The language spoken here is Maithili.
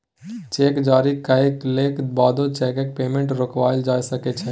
चेक जारी कएलाक बादो चैकक पेमेंट रोकबाएल जा सकै छै